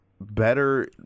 better